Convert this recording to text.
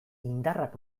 indarrak